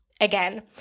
again